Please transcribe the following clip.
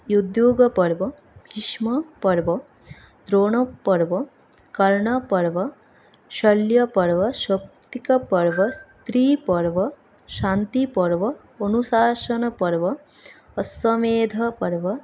Udyogaparva Bhishmaparva Dronaparva Karnaparva Shalyaparva Sauptikaparva Striparva Shantiparva Anushasanaparva Ashvamedhaparva